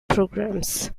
programs